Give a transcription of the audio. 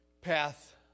path